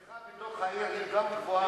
הצריכה בתוך העיר היא גם גבוהה